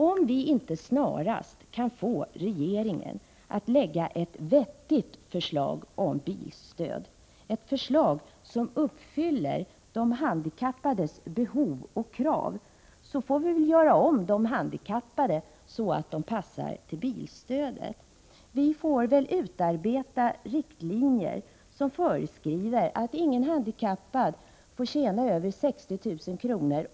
Om vi inte snarast kan förmå regeringen att lägga fram ett vettigt förslag om bilstöd, ett förslag som uppfyller de handikappades behov och krav, får vi väl göra om de handikappade så att de passar till bilstödet. Vi får utarbeta riktlinjer som föreskriver att ingen handikappad får tjäna över 60 000 kr.